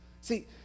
See